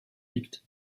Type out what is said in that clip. liegt